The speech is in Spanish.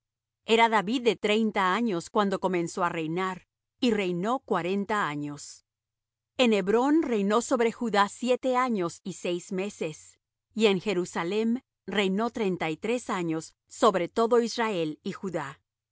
era david de treinta años cuando comenzó á reinar y reinó cuarenta años en hebrón reinó sobre judá siete años y seis meses y en jerusalem reinó treinta y tres años sobre todo israel y judá